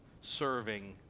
serving